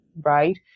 right